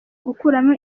gukuramo